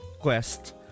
quest